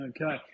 Okay